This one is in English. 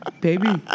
Baby